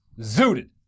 zooted